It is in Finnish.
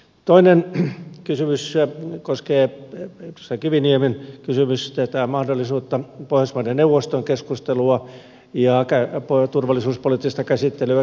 toinen kysymys koskee edustaja kiviniemen kysymys tätä mahdollisuutta kehittää pohjoismaiden neuvoston keskustelua ja turvallisuuspoliittista käsittelyä